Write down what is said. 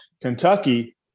Kentucky